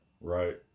right